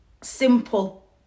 simple